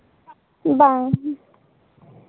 ᱵᱟᱝ